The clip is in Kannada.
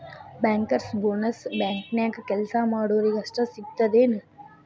ಬ್ಯಾಂಕರ್ಸ್ ಬೊನಸ್ ಬ್ಯಾಂಕ್ನ್ಯಾಗ್ ಕೆಲ್ಸಾ ಮಾಡೊರಿಗಷ್ಟ ಸಿಗ್ತದೇನ್?